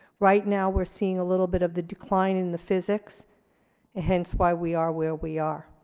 right now we're seeing a little bit of the decline in the physics and hence why we are where we are,